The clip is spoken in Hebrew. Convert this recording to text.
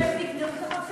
שהם תיקנו וצריך להפעיל את,